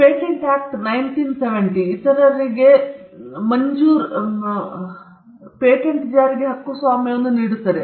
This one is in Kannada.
ಪೇಟೆಂಟ್ ಆಕ್ಟ್ 1970 ಇತರರಿಗೆ ವಿರುದ್ಧ ಮಂಜೂರು ಪೇಟೆಂಟ್ ಜಾರಿಗೆ ಹಕ್ಕು ಸ್ವಾಮ್ಯವನ್ನು ನೀಡುತ್ತದೆ